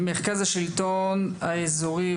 מרכז השלטון האזורי,